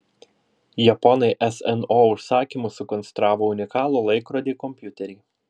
japonai sno užsakymu sukonstravo unikalų laikrodį kompiuterį